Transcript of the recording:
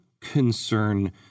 concern